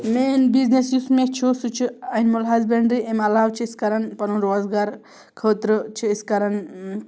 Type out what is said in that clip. main business یُس مےٚ چھُ سُہ چھُ اینمٕل ہسبنڑری امہِ علاوٕ چھِ أسۍ کران پَنُن روزگار خٲطرٕ چھِ أسۍ کَران